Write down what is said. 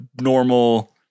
normal